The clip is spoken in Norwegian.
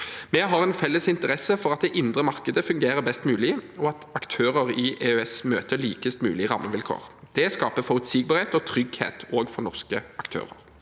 Vi har en felles interesse for at det indre markedet fungerer best mulig, og at aktører i EØS møter likest mulig rammevilkår. Det skaper forutsigbarhet og trygghet, også for norske aktører.